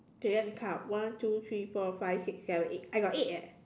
okay let me count one two three four five six seven eight I got eight eh